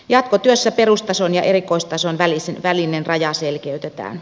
jatkotyössä perustason ja erikoistason välinen raja selkeytetään